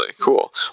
Cool